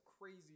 crazy